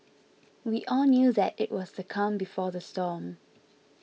we all knew that it was the calm before the storm